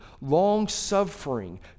long-suffering